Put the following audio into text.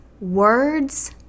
words